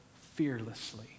fearlessly